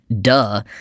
Duh